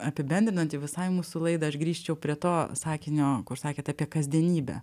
apibendrinant jau visai mūsų laidą aš grįžčiau prie to sakinio kur sakėt apie kasdienybę